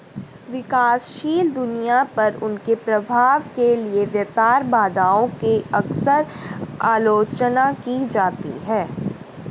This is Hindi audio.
विकासशील दुनिया पर उनके प्रभाव के लिए व्यापार बाधाओं की अक्सर आलोचना की जाती है